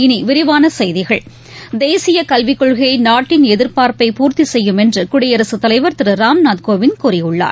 இனி விரிவான செய்திகள் தேசிய கல்விக் கொள்கை நாட்டின் எதிர்பார்ப்பை பூர்த்தி செய்யும் என்று குடியரசுத் தலைவர்திருராம்நாத் கோவிந்த் கூறியுள்ளார்